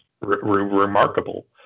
remarkable